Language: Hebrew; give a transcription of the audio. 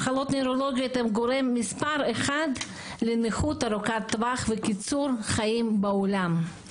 מחלות נוירולוגיות הן גורם מספר 1 לנכות ארוכת טווח וקיצור חיים בעולם.